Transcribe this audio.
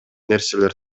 нерселер